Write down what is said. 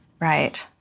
Right